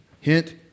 Hint